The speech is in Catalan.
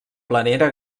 planera